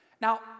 Now